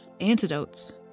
antidotes